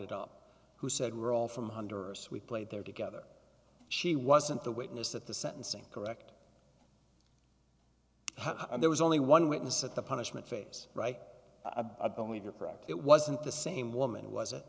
it up who said we're all from honduras we played there together she wasn't the witness at the sentencing correct there was only one witness at the punishment phase right a only you're correct it wasn't the same woman was it